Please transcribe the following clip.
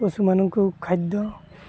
ପଶୁମାନଙ୍କୁ ଖାଦ୍ୟ